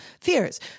fears